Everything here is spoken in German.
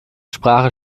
sprache